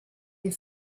des